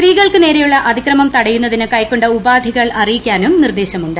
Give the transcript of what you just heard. സ്ത്രീകൾക്ക് നേരെയുള്ള അതിക്രമം തടയുന്നതിന് കൈക്കൊണ്ട ഉപാധികൾ അറിയിക്കാനും നിർദ്ദേശമുണ്ട്